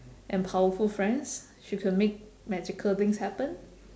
and powerful friends she can make magical things happen